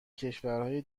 کشورهای